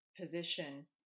position